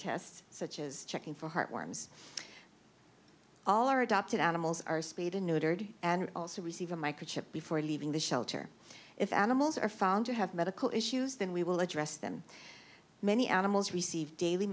tests such as checking for heartworms all or adopted animals are spayed or neutered and also receive a microchip before leaving the shelter if animals are found to have medical issues then we will address them many animals receive daily